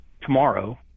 tomorrow